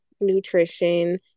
nutrition